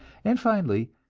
and finally,